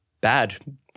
Bad